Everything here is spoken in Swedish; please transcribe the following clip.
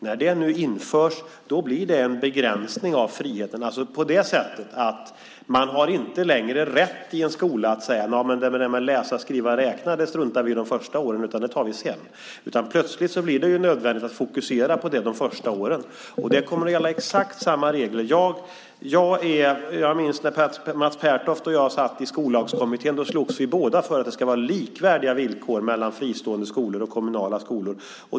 När det nu införs blir det en begränsning av friheten på det sättet att man inte längre har rätt i en skola att säga: Läsa, skriva och räkna struntar vi i de första åren, det tar vi sedan. Plötsligt blir det nödvändigt att fokusera på det de första åren. Exakt samma regler kommer att gälla alla. Jag minns när Mats Pertoft och jag satt i Skollagskommittén och båda slogs för att det skulle vara likvärdiga villkor mellan fristående skolor och kommunala skolor.